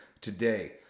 today